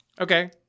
Okay